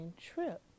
trip